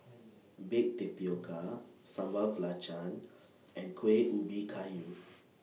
Baked Tapioca Sambal Belacan and Kueh Ubi Kayu